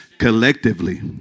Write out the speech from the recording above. Collectively